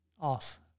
off